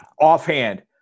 offhand